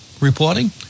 reporting